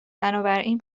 بنابراین